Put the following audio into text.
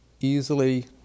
easily